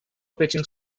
pitching